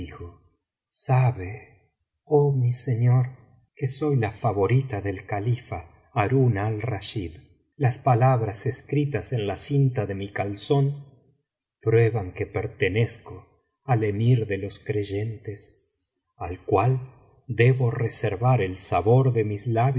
sabe oh mi señor que soy la favorita del califa harim al rachid las palabras escritas en la cinta de mi calzón prueban que pertenezco al emir de los creyentes al cual debo reservar el sabor de mis labios